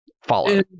follow